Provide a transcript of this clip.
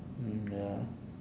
mm ya